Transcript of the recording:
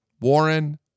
Warren